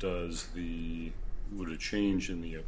the will to change in the